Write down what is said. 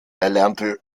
erlernte